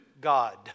God